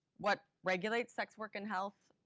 what regulates sex work and health?